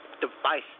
device